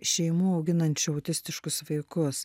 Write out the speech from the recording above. šeimų auginančių autistiškus vaikus